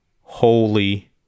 holy